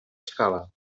escala